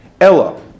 Ella